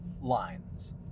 lines